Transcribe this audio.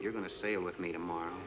you're going to sail with me tomorrow